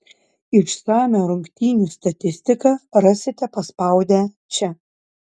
išsamią rungtynių statistiką rasite paspaudę čia